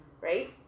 Right